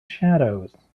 shadows